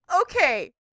Okay